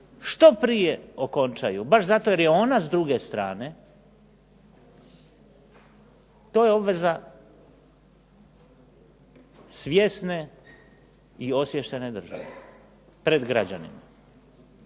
što prije okončaju, baš zato što je ona s druge strane, to je obveza svjesne i osviještene države pred građanima.